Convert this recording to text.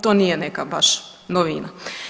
To nije neka baš novina.